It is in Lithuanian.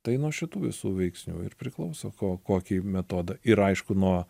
tai nuo šitų visų veiksnių ir priklauso ko kokį metodą ir aišku nuo